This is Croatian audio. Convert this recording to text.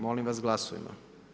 Molim vas glasujmo.